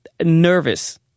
nervous